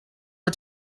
our